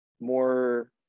more